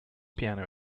piano